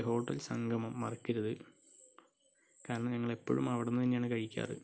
hotel Sangamam മറക്കരുത് കാരണം ഞങ്ങൾ എപ്പോഴും അവിടന്നുതന്നെയാണ് കഴിക്കാറ്